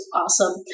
awesome